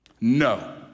No